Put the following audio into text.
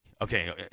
Okay